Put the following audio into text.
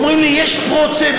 אומרים לי: יש פרוצדורות,